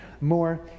more